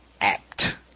apt